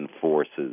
forces